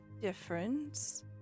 difference